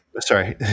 sorry